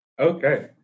Okay